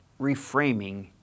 reframing